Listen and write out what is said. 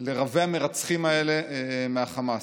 לרבי-המרצחים האלה מהחמאס.